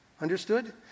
understood